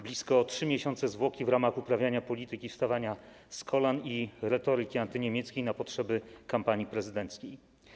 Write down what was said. Blisko trzy miesiące zwłoki w ramach uprawiania polityki wstawania z kolan i retoryki antyniemieckiej na potrzeby kampanii prezydenckiej.